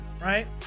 right